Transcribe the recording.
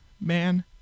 Man